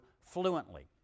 fluently